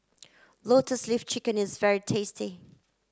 lotus leaf chicken is very tasty